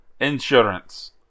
insurance